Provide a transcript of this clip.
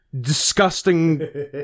disgusting